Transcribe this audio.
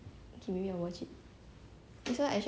I got I got list already now I watch the monarch